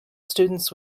students